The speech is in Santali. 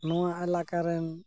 ᱱᱚᱣᱟ ᱮᱞᱟᱠᱟᱨᱮᱱ